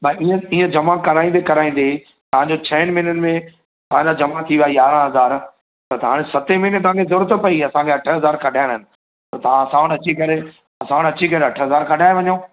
भई जीअं तीअं जमा कराईंदे कराईंदे तव्हांजो छहनि महीने में तव्हांजा जमा थी विया यारहं हज़ार त तव्हां सते महीने तव्हांखे ज़रूरत पई असां खे अठ हज़ार कढाइणा इय त तव्हां असां वटि अची करे असां वटि अची करे अठ हज़ार कढाए वञो